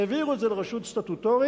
העבירו את זה לרשות סטטוטורית,